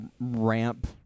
ramp